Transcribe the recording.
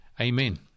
Amen